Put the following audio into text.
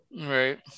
Right